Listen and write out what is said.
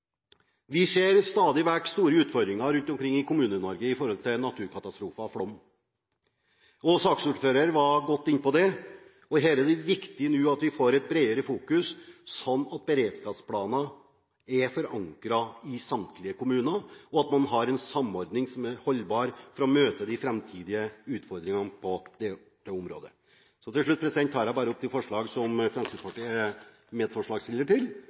Vi ser stadig vekk store utfordringer med naturkatastrofer og flom rundt omkring i Kommune-Norge. Saksordføreren var inne på dette. Her er det viktig at vi fokuserer bredere, slik at beredskapsplaner er forankret i samtlige kommuner, og at man har en samordning som er holdbar når det gjelder å møte de framtidige utfordringene på dette området. Til slutt tar jeg opp de forslag som Fremskrittspartiet er medforslagsstiller til,